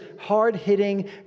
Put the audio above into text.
hard-hitting